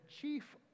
chief